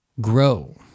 Grow